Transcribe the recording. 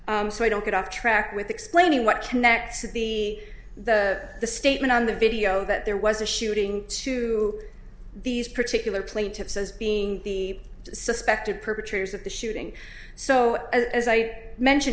so i don't get off track with explaining what connects to be the statement on the video that there was a shooting to these particular plaintiffs as being the suspected perpetrators of the shooting so as i mentioned